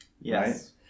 Yes